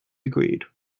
agreed